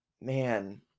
man